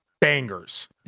bangers